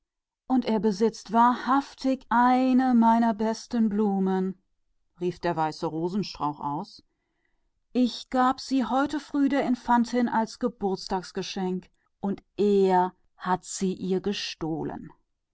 und er hat wahrhaftig eine meiner besten blüten rief der weiße rosenbaum ich habe sie heute morgen selbst der infantin gegeben als geburtstagsgeschenk und er hat sie ihr gestohlen